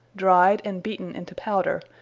dryed, and beaten into powder,